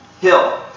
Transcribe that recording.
hill